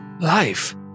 Life